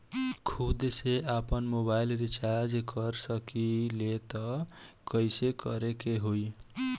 खुद से आपनमोबाइल रीचार्ज कर सकिले त कइसे करे के होई?